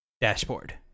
dashboard